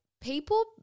people